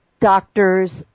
doctors